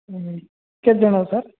ହୁଁ କେତେ ଜଣ ସାର୍